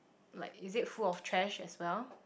like is it full of trash as well